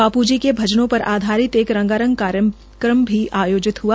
बापू जी के भजनों पर आधारित एक रंगारंग कार्यक्रम भी हआ